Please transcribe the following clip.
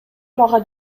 мага